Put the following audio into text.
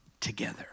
together